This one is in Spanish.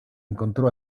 encontró